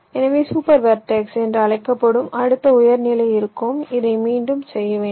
எனவே super vertex என்று அழைக்கப்படும் அடுத்த உயர் நிலை இருக்கும் இதை மீண்டும் செய்ய வேண்டும்